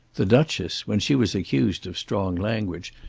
the duchess, when she was accused of strong language,